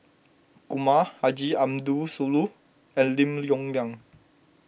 Kumar Haji Ambo Sooloh and Lim Yong Liang